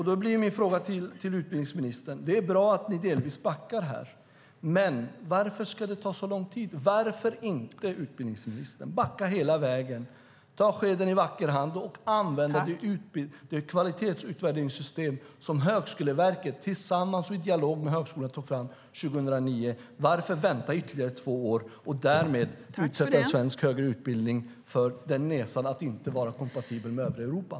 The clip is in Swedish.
Då blir min fråga till utbildningsministern: Det är bra att ni delvis backar här, men varför ska det ta så lång tid? Varför inte, utbildningsministern, backa hela vägen? Ta skeden i vacker hand och använd det kvalitetsutvärderingssystem som Högskoleverket tillsammans och i dialog med högskolan tog fram 2009! Varför vänta ytterligare två år och därmed utsätta svensk högre utbildning för nesan att inte vara kompatibel med övriga Europas?